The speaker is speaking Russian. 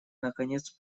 наконец